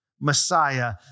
Messiah